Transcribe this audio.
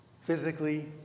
physically